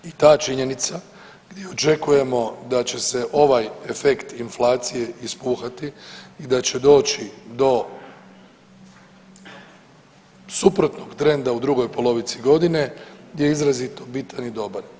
I ta činjenica gdje očekujemo da će se ovaj efekt inflacije ispuhati i da će doći do suprotnog trenda u drugoj polovici godine, gdje je izrazito bitan i dobar.